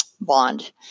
bond